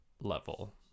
level